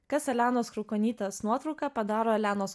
kas elenos krukonytės nuotrauką padaro elenos